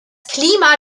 klima